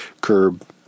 curb